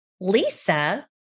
Lisa